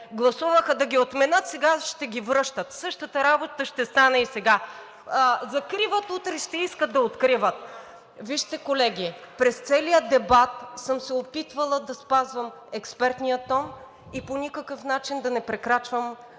гласуваха да ги отменят, сега ще ги връщат. Същата работа ще стане и сега – закриват, утре ще искат да откриват. Вижте, колеги, през целия дебат съм се опитвала да спазвам експертния тон и по никакъв начин да не прекрачвам